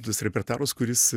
tas repertuaras kuris